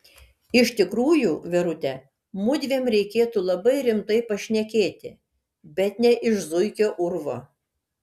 iš tikrųjų verute mudviem reikėtų labai rimtai pašnekėti bet ne iš zuikio urvo